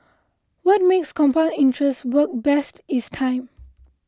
what makes compound interest work best is time